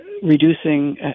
Reducing